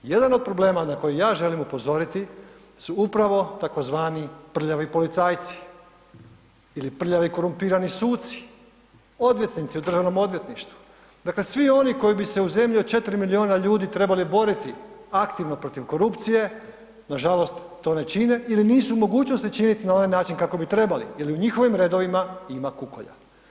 Jedan od problema na koji ja želim upozoriti su upravo tzv. prljavi policajci ili prljavi korumpirani suci, odvjetnici u Državnom odvjetništvu, dakle svi oni koji bi se u zemlji od 4 milijuna ljudi trebali boriti aktivno protiv korupcije, nažalost to ne čine ili nisu u mogućnosti činit na onaj način kako bi trebali jer i u njihovim redovima ima kukolja.